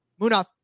Munaf